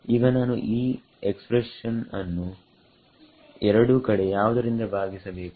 ಈಗ ನಾನು ಈ ಎಕ್ಸ್ಪ್ರೆಶನ್ ಅನ್ನು ಎರಡೂ ಕಡೆ ಯಾವುದರಿಂದ ಭಾಗಿಸಬೇಕು